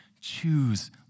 choose